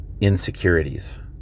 insecurities